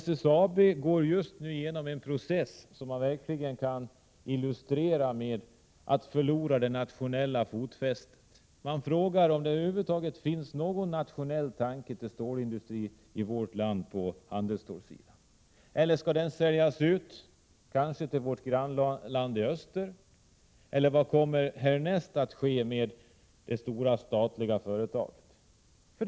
SSAB går just nu igenom en process som verkligen kan karakteriseras så, att företaget håller på att förlora det nationella fotfästet. Finns det över huvud taget någon tanke på en nationell stålindustri på handelsstålssidan i vårt land? Eller skall den säljas ut till vårt grannland i öster? Vad kommer härnäst att ske med det stora statliga företaget?